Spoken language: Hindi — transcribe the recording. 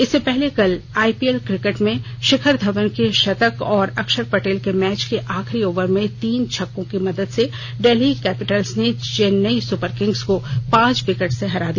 इससे पहले कल आईपीएल क्रिकेट में शिखर धवन के शतक और अक्षर पटेल के मैच के आखिरी ओवर में तीन छक्कों की मदद से डेल्ही कैपिटल्स ने चेन्नई सुपरकिंग्स को पांच विकेट से हरा दिया